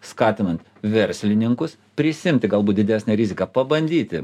skatinant verslininkus prisiimti galbūt didesnę riziką pabandyti